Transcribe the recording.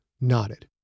nodded